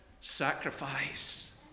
sacrifice